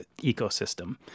ecosystem